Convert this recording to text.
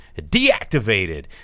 deactivated